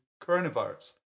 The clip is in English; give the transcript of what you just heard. coronavirus